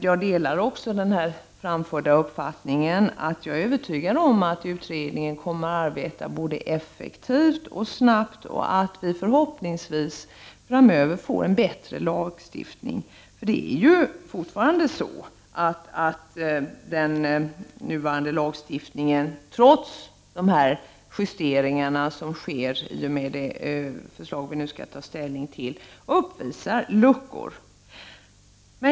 Jag delar även den framförda uppfattningen och är övertygad om att utredningen kommer att arbeta effektivt och snabbt och att vi förhoppningsvis framöver får en bättre lagstiftning. Den nuvarande lagstiftningen uppvisar luckor, trots de justeringar som sker i och med ett förslag som vi nu skall ta ställning till.